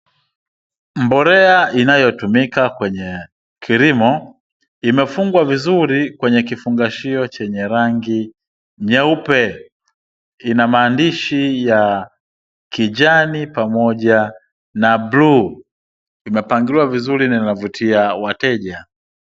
Mbolea inayotumika kwenye kilimo imefungwa vizuri kwenye kifungashio chenye rangi nyeupe, Ina maandishi ya kijani pamoja na bluu imepangiliwa vizuri na inavutia wateja.